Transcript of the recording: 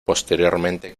posteriormente